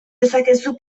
dezakezu